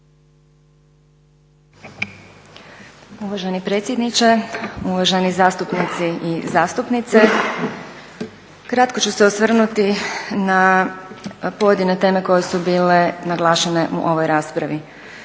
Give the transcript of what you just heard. Uvaženi predsjedniče, uvaženi zastupnici i zastupnice. Kratko ću se osvrnuti na pojedine teme koje su bile naglašene u ovoj raspravi.